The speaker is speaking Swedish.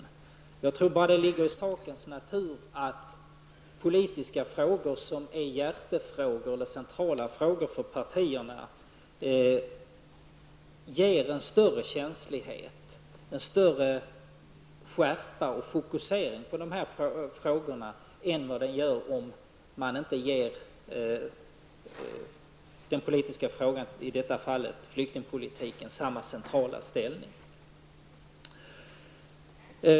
Men det ligger i sakens natur att politiska frågor som är centrala för partierna ger en större känslighet, skärpa och fokusering på dessa frågor än när det gäller politiska frågor, i detta fall flyktingpolitiken, som man inte ger samma centrala ställning.